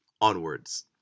onwards